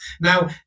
Now